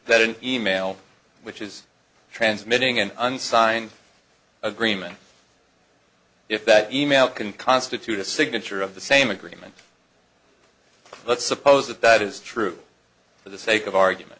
that an e mail which is transmitting an unsigned agreement if that email can constitute a signature of the same agreement let's suppose that that is true for the sake of argument